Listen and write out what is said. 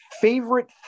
Favorite